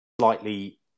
slightly